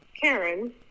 Karen